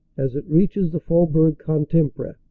as it reaches the faubourg cantimpre,